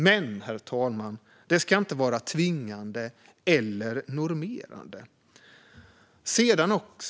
Men det ska inte vara tvingande eller normerande, herr talman.